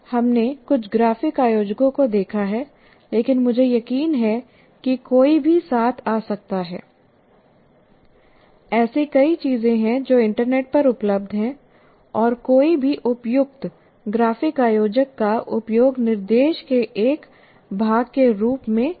हमने कुछ ग्राफिक आयोजकों को देखा है लेकिन मुझे यकीन है कि कोई भी साथ आ सकता है ऐसी कई चीजें हैं जो इंटरनेट पर उपलब्ध हैं और कोई भी उपयुक्त ग्राफिक आयोजक का उपयोग निर्देश के एक भाग के रूप में कर सकता है